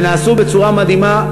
ונעשו בצורה מדהימה,